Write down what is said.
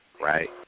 right